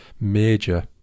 major